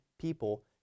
people